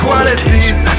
Qualities